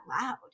loud